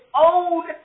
own